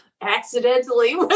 accidentally